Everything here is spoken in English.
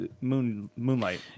Moonlight